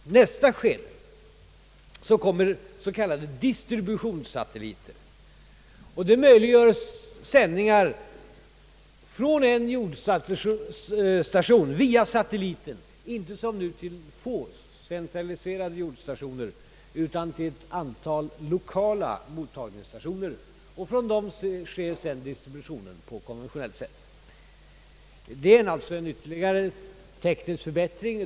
I nästa skede kommer s.k. distributionssatelliter, som möjliggör sändningar från en jordstation och via satelliten, men inte som nu till få, centraliserade jordstationer, utan till ett antal lokala mottagningsstationer. Från dem sker sedan distributionen på konventionellt sätt. Detta är alltså en ytterligare teknisk förbättring.